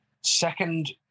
second